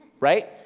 right?